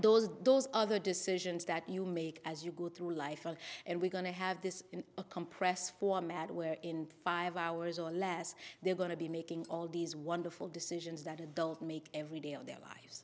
have those other decisions that you make as you go through life and we're going to have this in a compressed format where in five hours or less they're going to be making all these wonderful decisions that make every day of their lives